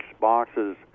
boxes